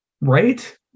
Right